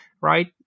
right